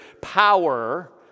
Power